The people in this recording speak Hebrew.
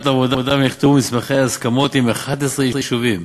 העבודה ונחתמו מסמכי ההסכמות עם 11 יישובים.